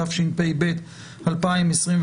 התשפ"ב-2021,